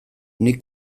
nik